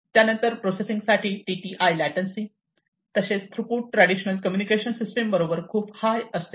त्यानंतर processing delay TTI latency तसेच throughput traditional communication system बरोबर खूप हाय असते